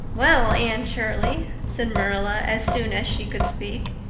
well, anne shirley, said marilla as soon as she could speak,